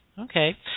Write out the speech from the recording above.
Okay